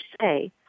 say